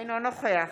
אינו נוכח